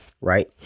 right